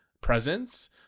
presence